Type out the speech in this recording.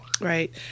Right